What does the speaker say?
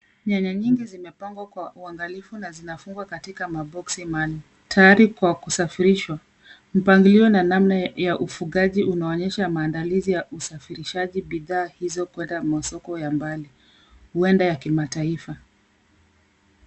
Nyanya nyingi zimepanwa kwa uangalifu na zinafungwa katika maboxi maalum tayari kwa kusafirishwa. Mpangilio na namna ya ufungaji unaonyesha maadalizi ya usafirishaji bidhaa hizo kuenda masoko ya mbali huenda ya kimataifa.